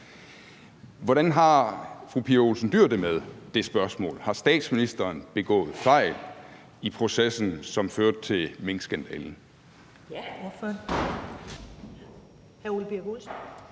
Hvordan har fru Pia Olsen Dyhr det med det spørgsmål? Har statsministeren begået fejl i processen, som førte til minkskandalen? Kl. 11:26 Første næstformand